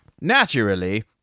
Naturally